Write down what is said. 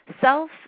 self